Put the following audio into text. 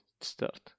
Start